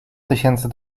tysięcy